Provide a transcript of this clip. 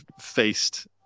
faced